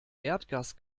erdgas